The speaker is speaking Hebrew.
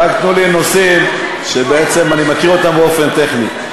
רק תנו לי נושאים שאני מקריא אותם באופן טכני.